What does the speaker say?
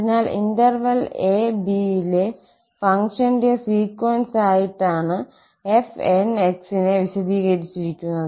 അതിനാൽ ഇന്റർവെൽ 𝑎 𝑏 ലെ ഫംഗ്ഷന്റെ സീക്വൻസ് ആയിട്ടാണ് 𝑓𝑛𝑥 നെ വിശദീകരിച്ചിരിക്കുന്നത്